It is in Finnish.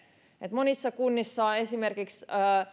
monissa kunnissa on esimerkiksi